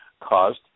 caused